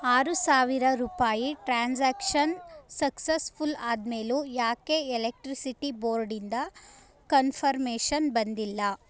ಆರು ಸಾವಿರ ರೂಪಾಯಿ ಟ್ರಾನ್ಸಾಕ್ಷನ್ ಸಕ್ಸಸ್ಫುಲ್ ಆದ್ಮೇಲೂ ಯಾಕೆ ಎಲೆಕ್ಟ್ರಿಸಿಟಿ ಬೋರ್ಡಿಂದ ಕನ್ಫರ್ಮೇಷನ್ ಬಂದಿಲ್ಲ